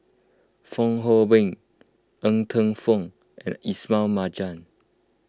Fong Hoe Beng Ng Teng Fong and Ismail Marjan